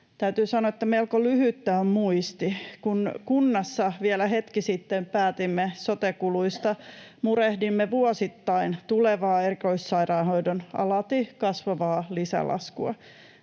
melko lyhyt on muisti. Kun kunnassa vielä hetki sitten päätimme sote-kuluista, murehdimme vuosittain tulevaa erikoissairaanhoidon alati kasvavaa lisälaskua.